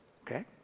okay